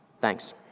Thanks